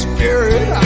Spirit